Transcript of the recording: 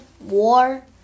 War